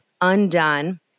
undone